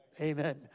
Amen